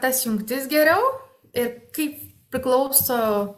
tas jungtis geriau ir kaip priklauso